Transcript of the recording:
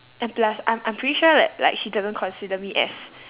and plus I'm I'm pretty sure like like she doesn't consider me as